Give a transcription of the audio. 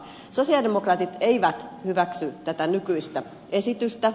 sosialidemokraatit eivät hyväksy tätä nykyistä esitystä